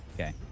okay